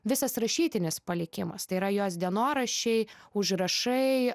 visas rašytinis palikimas tai yra jos dienoraščiai užrašai